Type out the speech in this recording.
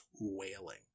wailing